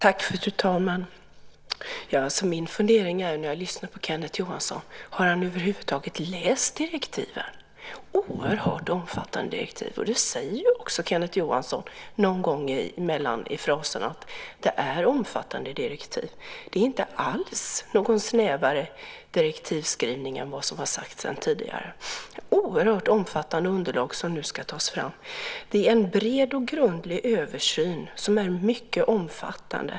Fru talman! Min fundering när jag lyssnar på Kenneth Johansson är om han över huvud taget läst direktiven. Det är fråga om oerhört omfattande direktiv, vilket Kenneth Johansson också säger mellan fraserna. Direktiven är omfattande. Det är inte alls någon snävare direktivskrivning än vad som sagts tidigare. Det är ett oerhört omfattande underlag som nu ska tas fram. Det är en bred och grundlig översyn som är mycket omfattande.